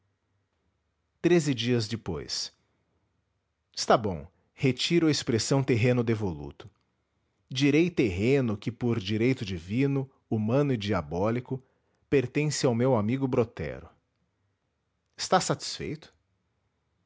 treze dias depois está bom retiro a expressão terreno devoluto direi terreno que por direito divino humano e diabólico pertence ao meu amigo brotero estás satisfeito